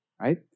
right